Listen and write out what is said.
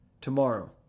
tomorrow